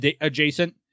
adjacent